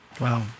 Wow